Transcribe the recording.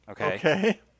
Okay